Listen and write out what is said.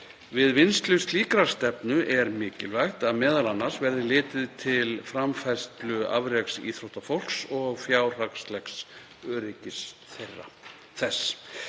Við vinnslu slíkrar stefnu er mikilvægt að m.a. verði litið til framfærslu afreksíþróttafólks og fjárhagslegs öryggis þess.